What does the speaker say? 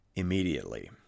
immediately